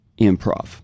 improv